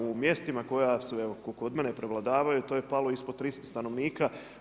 U mjestima koja su evo ko kod mene prevladavaju, to je palo ispod 300 stanovnika.